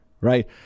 right